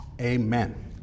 Amen